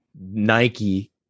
Nike